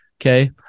Okay